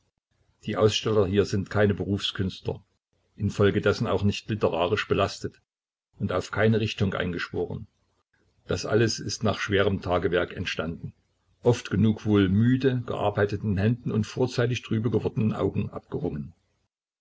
die aussteller hier sind keine berufskünstler infolgedessen auch nicht literarisch belastet und auf keine richtung eingeschworen das alles ist nach schwerem tagewerk entstanden oft genug wohl müde gearbeiteten händen und vorzeitig trübe gewordenen augen